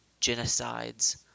genocides